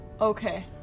Okay